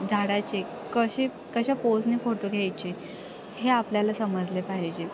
झाडाचे कसे कशा पोजने फोटो घ्यायचे हे आपल्याला समजले पाहिजे